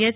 H